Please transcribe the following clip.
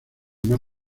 más